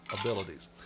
abilities